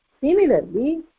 similarly